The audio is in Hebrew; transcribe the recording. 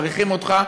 מעריכים אותך,